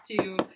to-